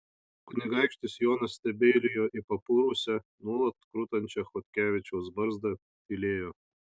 kunigaikštis jonas stebeilijo į papurusią nuolat krutančią chodkevičiaus barzdą tylėjo